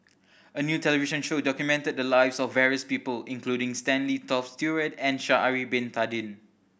a new television show documented the lives of various people including Stanley Toft Stewart and Sha'ari Bin Tadin